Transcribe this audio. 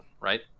right